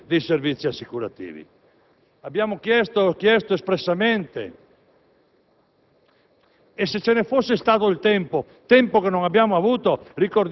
sulla liberalizzazione dei servizi assicurativi abbiamo chiesto espressamente